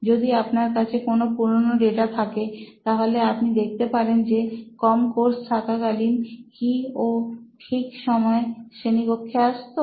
যদি আপনার কাছে কোন পুরনো ডেটা থাকে তাহলে আপনি দেখতে পারেন যে কম কোর্স থাকাকালীন কি ও ঠিক সময় শ্রেণীকক্ষে আসতো